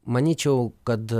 manyčiau kad